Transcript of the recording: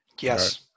Yes